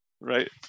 right